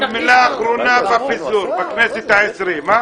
המילה האחרונה בפיזור של הכנסת ה-20.